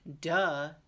Duh